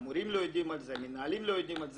מורים לא יודעים על זה, מנהלים לא יודעים על זה,